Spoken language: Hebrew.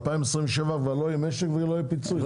שב-2027 כבר לא יהיה משק ולא יהיה פיצוי.